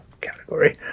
category